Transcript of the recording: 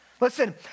Listen